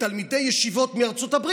שאלה תלמידי ישיבות מארצות הברית,